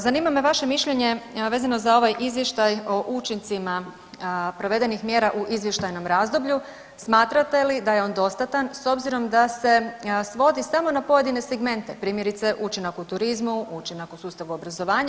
Zanima me vaše mišljenje vezano za ovaj izvještaj o učincima provedenih mjera u izvještajnom razdoblju, smatrate li da je on dostatan s obzirom da se svodi samo na pojedine segmente, primjerice učinak u turizmu, učinak u sustavu obrazovanja.